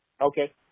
Okay